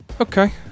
Okay